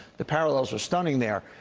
the parallels are stunning there.